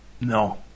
No